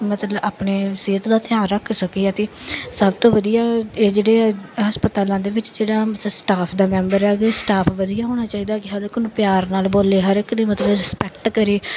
ਮਤਲਬ ਆਪਣੀ ਸਿਹਤ ਦਾ ਧਿਆਨ ਰੱਖ ਸਕੇ ਅਤੇ ਸਭ ਤੋਂ ਵਧੀਆ ਇਹ ਜਿਹੜੇ ਹਸਪਤਾਲਾਂ ਦੇ ਵਿੱਚ ਜਿਹੜਾ ਸਟਾਫ ਦੇ ਮੈਂਬਰ ਹੈਗੇ ਸਟਾਫ ਵਧੀਆ ਹੋਣਾ ਚਾਹੀਦਾ ਕਿ ਹਰ ਇੱਕ ਨੂੰ ਪਿਆਰ ਨਾਲ ਬੋਲੇ ਹਰ ਇੱਕ ਦੇ ਮਤਲਬ ਰਿਸਪੈਕਟ ਕਰੇ